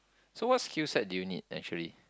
so what skill set do you need actually